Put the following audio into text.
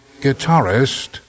guitarist